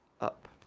up